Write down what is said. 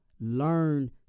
Learn